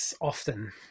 often